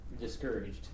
discouraged